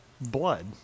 blood